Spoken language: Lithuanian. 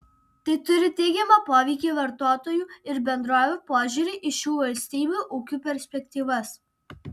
tai turi teigiamą poveikį vartotojų ir bendrovių požiūriui į šių valstybių ūkių perspektyvas